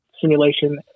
simulation